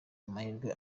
amahirwe